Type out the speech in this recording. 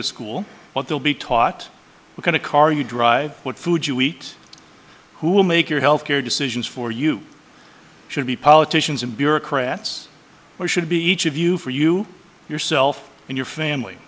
to school what they'll be taught we're going to car you drive what food you eat who will make your health care decisions for you should be politicians and bureaucrats who should be each of you for you yourself and your family